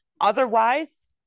otherwise